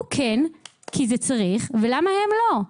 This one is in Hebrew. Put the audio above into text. הוא כן כי זה צריך, ולמה הם לא?